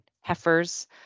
heifers